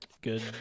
Good